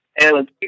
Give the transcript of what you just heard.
Alan